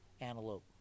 antelope